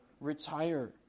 retire